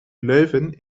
leuven